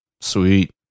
Sweet